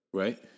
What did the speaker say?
right